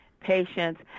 patients